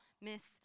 miss